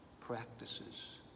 practices